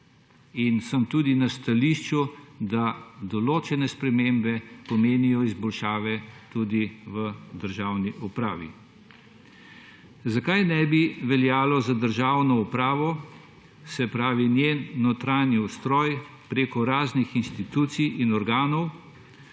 sem tudi na stališču, da določene spremembe pomenijo izboljšave tudi v državni upravi. Zakaj ne bi veljalo za državno upravo, se pravi njen notranji ustroj prek raznih institucij in organov,